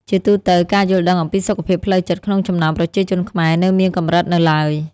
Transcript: ជាទូទៅ ការយល់ដឹងអំពីសុខភាពផ្លូវចិត្តក្នុងចំណោមប្រជាជនខ្មែរនៅមានកម្រិតនៅឡើយ។